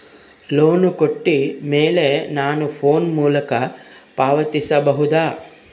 Loan ಕೊಟ್ಟ ಮೇಲೆ ನಾನು ಫೋನ್ ಮೂಲಕ ಪಾವತಿಸಬಹುದಾ?